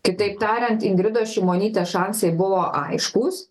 kitaip tariant ingridos šimonytės šansai buvo aiškūs